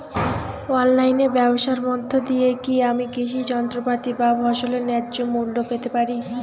অনলাইনে ব্যাবসার মধ্য দিয়ে কী আমি কৃষি যন্ত্রপাতি বা ফসলের ন্যায্য মূল্য পেতে পারি?